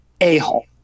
a-hole